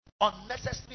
Unnecessary